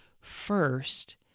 first